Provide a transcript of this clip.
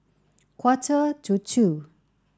quarter to two